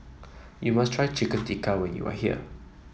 you must try Chicken Tikka when you are here